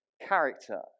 character